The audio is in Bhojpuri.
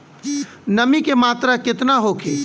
नमी के मात्रा केतना होखे?